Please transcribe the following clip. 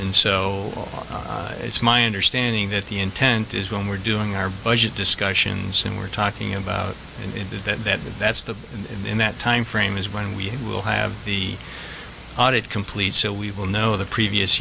and so it's my understanding that the intent is when we're doing our budget discussions and we're talking about in that that's the in that timeframe is when we will have the audit complete so we will know the previous